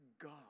God